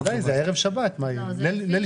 1:00 לפנות בוקר.